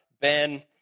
Ben